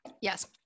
yes